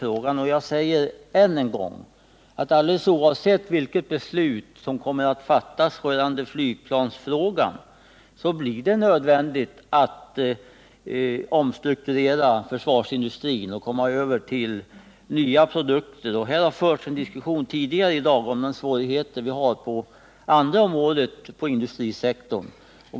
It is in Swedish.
Jag säger än en gång: Alldeles oavsett vilket beslut som kommer att fattas i flygplansfrågan blir det nödvändigt att omstrukturera försvarsindustrin och komma över till nya produkter. Här har också förts en diskussion tidigare i dag om de svårigheter vi har inom andra delar av industrisektorn.